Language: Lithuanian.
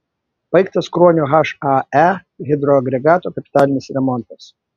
baigtas kruonio hae hidroagregato kapitalinis remontas